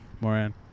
Moran